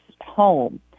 home